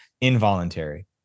involuntary